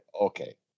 okay